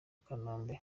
kanombe